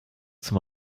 zum